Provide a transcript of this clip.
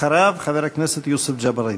אחריו, חבר הכנסת יוסף ג'בארין.